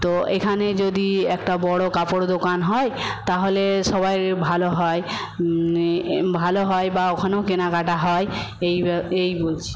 তো এখানে যদি একটা বড়ো কাপড় দোকান হয় তাহলে সবাইয়ের ভালো হয় এ ভালো হয় বা ওখানেও কেনাকাটা হয় এই এই বলছি